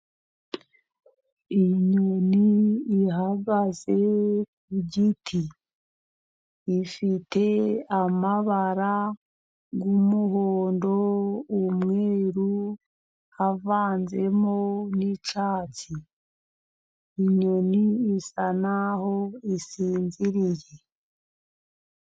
Inyoni ihagaze ku giti. Ifite amabara y'umuhondo, umweru, havanzemo n'icyatsi. inyoni bisa n'aho isinziriye.